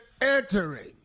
entering